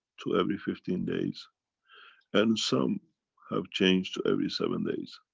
to every fifteen days and some have changed to every seven days.